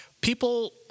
people